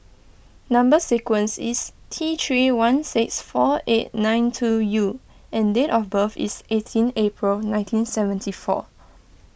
Number Sequence is T three one six four eight nine two U and date of birth is eighteen April nineteen seventy four